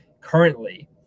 currently